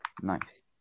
Nice